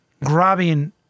grabbing